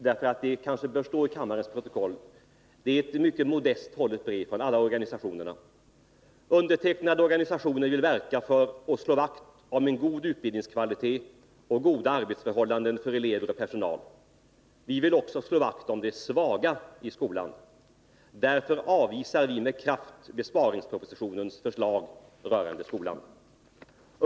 Det bör kanske stå i kammarens protokoll. Det är ett mycket modest hållet brev från alla organisationerna och slutet lyder på följande sätt: ”Undertecknade organisationer vill verka för och slå vakt om en god utbildningskvalitet och goda arbetsförhållanden för elever och personal. Vi vill också slå vakt om de svaga i skolan. Därför avvisar vi med kraft besparingspropositionens förslag rörande skolan.